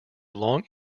long